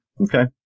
Okay